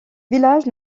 village